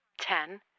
ten